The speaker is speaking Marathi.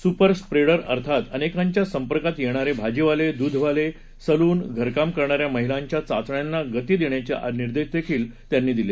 सुपर स्प्रेडर अर्थात अनेकांच्या संपर्कात येणारे भाजीवाले दूधवाले सलून घरकाम करणाऱ्या महिलांच्या चाचण्यांना गती देण्याचे निर्देशही त्यांनी दिले